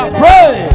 pray